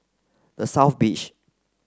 the South Beach